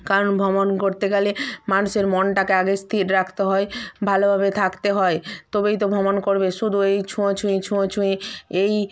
কারণ ভ্রমণ করতে গেলে মানুষের মনটাকে আগে স্থির রাখতে হয় ভালোভাবে থাকতে হয় তবেই তো ভ্রমণ করবে শুধু এই ছুঁয়ো ছুঁয়ি ছুঁয়ো ছুঁয়ি এই